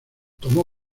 tomó